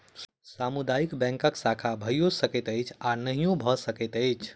सामुदायिक बैंकक शाखा भइयो सकैत अछि आ नहियो भ सकैत अछि